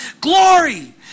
glory